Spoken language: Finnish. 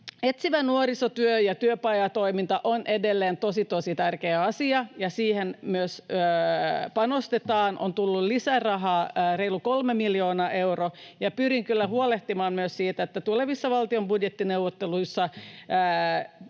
Etsivä nuorisotyö ja työpajatoiminta ovat edelleen tosi, tosi tärkeä asia, ja niihin myös panostetaan. On tullut lisärahaa reilu kolme miljoonaa euroa, ja pyrin kyllä huolehtimaan myös siitä, että tulevissa valtion budjettineuvotteluissa